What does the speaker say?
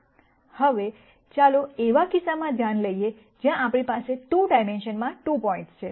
હવે ચાલો એવા કિસ્સામાં ધ્યાનમાં લઈએ જ્યાં આપણી પાસે 2 ડાઈમેન્શનમાં 2 પોઇન્ટ છે